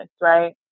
right